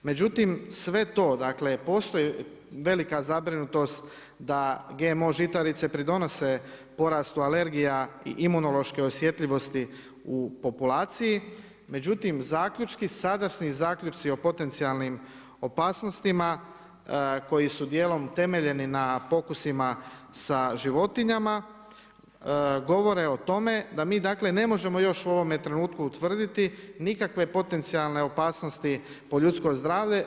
Međutim, sve to, dakle postoji velika zabrinutost, da GMO žitarice pridonose porastu alergija i imunološke osjetljivosti u populaciji, međutim, zaključci, sadašnji zaključci o potencijalnim opasnostima, koji su dijelom temeljeni na pokusima sa životinjama, govore o tome da mi ne možemo još u ovome trenutku utvrditi nikakve potencijalne opasnosti po ljudsko zdravlje.